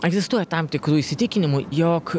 egzistuoja tam tikrų įsitikinimų jog